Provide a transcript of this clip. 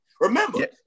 remember